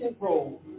role